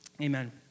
Amen